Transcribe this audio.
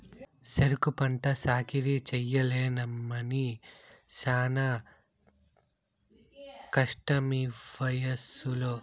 సెరుకు పంట సాకిరీ చెయ్యలేనమ్మన్నీ శానా కష్టమీవయసులో